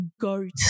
GOAT